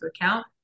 account